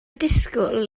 disgwyl